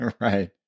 Right